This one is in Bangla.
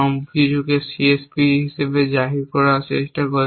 সবকিছুকে CSP হিসাবে জাহির করার চেষ্টা করে